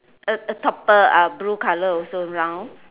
a a top uh ah blue color also round